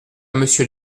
monsieur